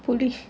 புலி:puli